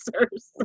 answers